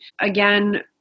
Again